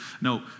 No